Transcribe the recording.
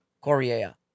Korea